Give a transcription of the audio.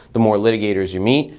the more litigators you meet,